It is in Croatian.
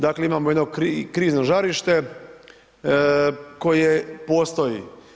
Dakle, imamo jedno krizno žarište koje postoji.